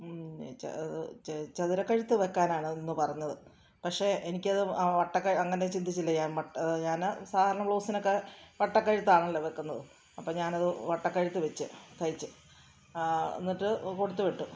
ച ചതുരക്കഴുത്ത് വെക്കാനാണ് അന്ന് പറഞ്ഞത് പക്ഷേ എനിക്കത് വട്ടക അങ്ങനെ ചിന്തിച്ചില്ല ഞാൻ വട്ട ഞാൻ സാധാരണ ബ്ലൗസിനൊക്കെ വട്ടക്കഴുത്താണല്ലോ വെക്കുന്നത് അപ്പം ഞാനത് വട്ടക്കഴുത്ത് വെച്ചു തയ്ച്ച് എന്നിട്ട് കൊടുത്തു വിട്ടു